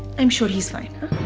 i'm sure he's fine.